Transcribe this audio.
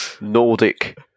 Nordic